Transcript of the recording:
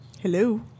Hello